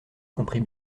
comprit